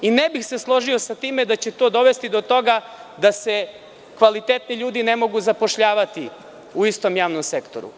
Ne bih se složio sa tim da će to dovesti do toga da se kvalitetni ljudi ne mogu zapošljavati u istom javnom sektoru.